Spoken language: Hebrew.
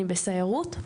אני בסיירות,